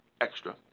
extra